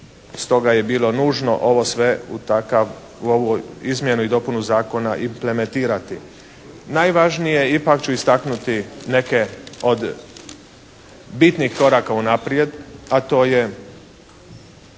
Stoga je bilo nužno ovo sve u takav, u ovu izmjenu i dopunu zakona implementirati. Najvažnije, ipak ću istaknuti neke od bitnih koraka unaprijed, a to je